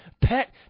pet